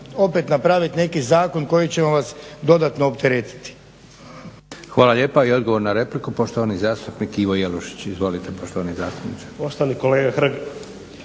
opet napraviti neki zakon kojim ćemo vas dodatno opteretiti. **Leko, Josip (SDP)** Hvala lijepa. I odgovor na repliku poštovani zastupnik Ivo Jelušić. Izvolite poštovani zastupniče.